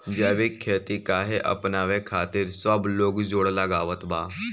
जैविक खेती काहे अपनावे खातिर सब लोग जोड़ लगावत बा?